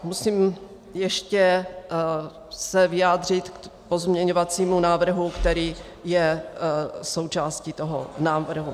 Musím se ale ještě vyjádřit k pozměňovacímu návrhu, který je součástí toho návrhu.